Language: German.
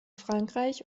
frankreich